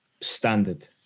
Standard